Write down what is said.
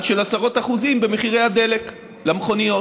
של עשרות אחוזים במחירי הדלק למכוניות.